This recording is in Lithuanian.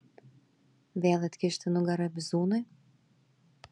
vėl atkišti nugarą bizūnui